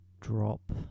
...drop